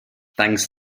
thanks